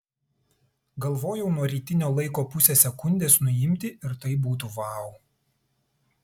galvojau nuo rytinio laiko pusę sekundės nuimti ir tai būtų vau